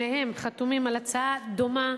שניהם חתומים על הצעה דומה,